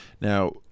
Now